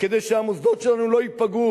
כדי שהמוסדות שלנו לא ייפגעו,